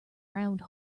round